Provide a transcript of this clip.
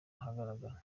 ahagaragara